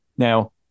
Now